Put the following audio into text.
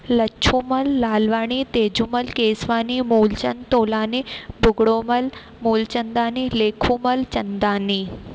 Lachhumal Lalwani Tejumal Keswani Moolchand Tolani Bhugromal Moolchandani Lekhumal Chandani